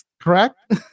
correct